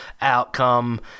outcome